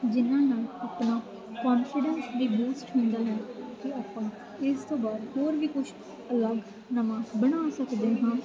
ਜਿਨਾਂ ਨਾਲ ਆਪਣਾ ਕੋਨਫੀਡੈਂਸ ਵੀ ਬੂਸਟ ਹੁੰਦਾ ਹੈ ਕਿ ਆਪਾਂ ਇਸ ਤੋਂ ਬਾਅਦ ਹੋਰ ਵੀ ਕੁਛ ਅਲੱਗ ਨਵਾਂ ਬਣਾ ਸਕਦੇ ਹਾਂ